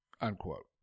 unquote